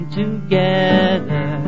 together